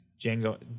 Django